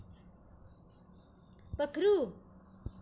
पक्खरू